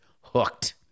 hooked